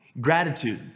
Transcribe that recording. Gratitude